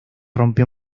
rompió